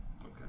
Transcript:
Okay